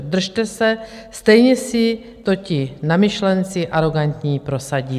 Držte se, stejně si to ti namyšlenci arogantní prosadí.